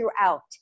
throughout